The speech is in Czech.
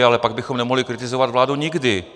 Ale pak bychom nemohli kritizovat vládu nikdy.